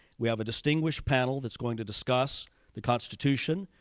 we have a distinguished panel that's going to discuss the constitution,